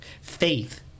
faith